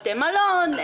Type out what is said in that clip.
בתי מלון,